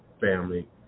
family